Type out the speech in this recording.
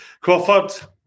Crawford